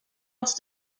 else